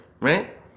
right